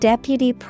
Deputy